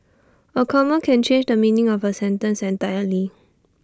A comma can change the meaning of A sentence entirely